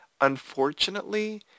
unfortunately